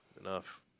enough